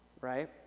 right